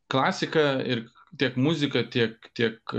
klasiką ir tiek muziką tiek tiek